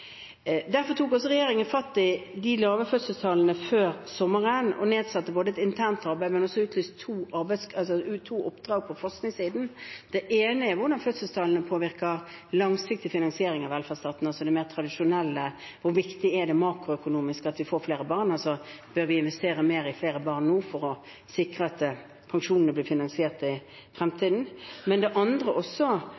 Derfor tok også regjeringen fatt i de lave fødselstallene før sommeren og nedsatte et internt arbeid, men utlyste også to oppdrag på forskningssiden. Det ene dreier seg om hvordan fødselstallene påvirker langsiktig finansiering av velferdsstaten – altså det mer tradisjonelle: hvor viktig er det makroøkonomisk at vi får flere barn? Bør vi investere mer i flere barn nå for å sikre at pensjonene blir finansiert i